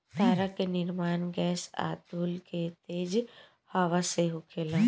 तारा के निर्माण गैस आ धूल के तेज हवा से होखेला